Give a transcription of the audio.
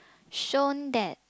shown that